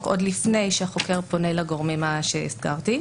הנוער עוד לפני שהחוקר פונה לגורמים שהזכרתי.